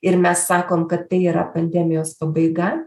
ir mes sakom kad tai yra pandemijos pabaiga